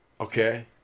Okay